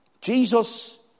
Jesus